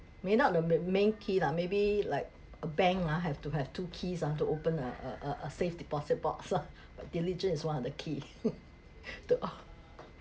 may not the main key lah maybe like a bank ah have to have two keys ah to open a a a a safe deposit box lah diligence is one of the key to